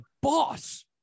boss